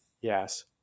yes